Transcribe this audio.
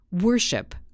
Worship